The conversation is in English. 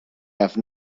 have